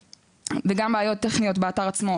ועוד בעיות טכניות באתר עצמו,